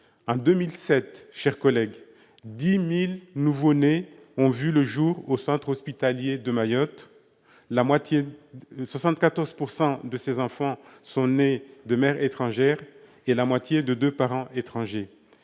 En 2007, 10 000 nouveau-nés ont vu le jour au centre hospitalier de Mayotte, et 74 % de ces enfants sont nés de mère étrangère et la moitié de deux parents étrangers.